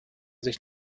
sich